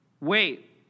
wait